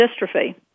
dystrophy